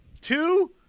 two